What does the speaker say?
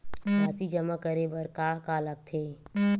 राशि जमा करे बर का का लगथे?